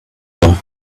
god